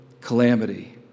calamity